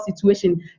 situation